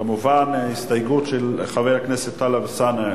כהצעת הוועדה ועם ההסתייגות לאחרי סעיף 13 שנתקבלה,